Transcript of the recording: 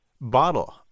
bottle